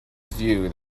view